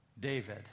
David